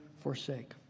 forsake